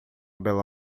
bela